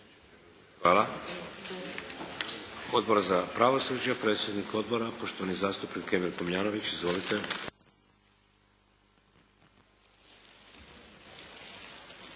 Hvala. Odbor za pravosuđe, predsjednik Odbora poštovani zastupnik Emil Tomljanović. Izvolite.